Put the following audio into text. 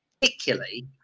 particularly